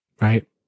right